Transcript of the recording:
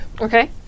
Okay